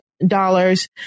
dollars